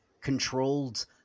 controlled